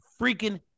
freaking